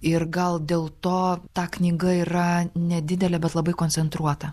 ir gal dėl to ta knyga yra nedidelė bet labai koncentruota